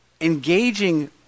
engaging